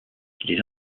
les